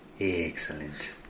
excellent